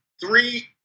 three